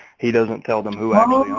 he doesn't tell them who